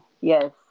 yes